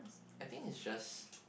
I think is just